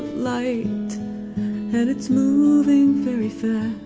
like and it's moving very fast